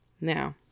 Now